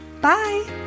Bye